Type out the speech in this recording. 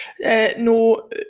No